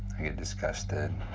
i get disgusted